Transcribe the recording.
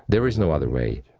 there is no other way.